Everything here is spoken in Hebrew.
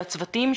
של הצוותים,